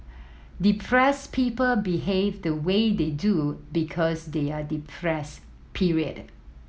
depressed people behave the way they do because they are depressed period